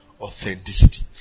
authenticity